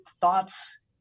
thoughts